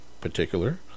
particular